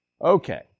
Okay